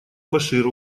башир